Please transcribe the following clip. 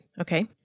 Okay